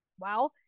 wow